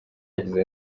yagize